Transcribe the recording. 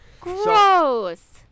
gross